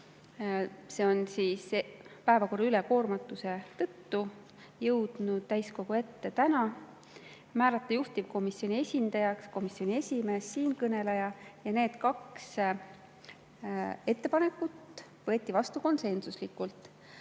oktoobril. Päevakorra ülekoormatuse tõttu on see jõudnud täiskogu ette täna. Määrata juhtivkomisjoni esindajaks komisjoni esimees, siinkõneleja. Need kaks ettepanekut võeti vastu konsensuslikult.